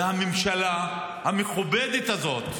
והממשלה המכובדת הזאת,